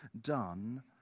done